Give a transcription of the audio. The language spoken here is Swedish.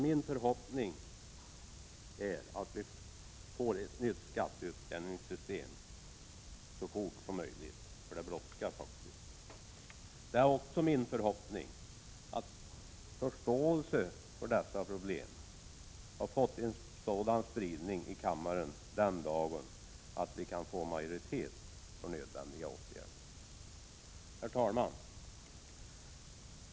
Min förhoppning är dock att vi får ett nytt skatteutjämningssystem så fort som möjligt. Det brådskar faktiskt. Det är också min förhoppning att förståelsen för dessa problem här i kammaren blir så stor att vi kan få majoritet för nödvändiga åtgärder. Herr talman!